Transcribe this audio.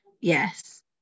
Yes